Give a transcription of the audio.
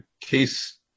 case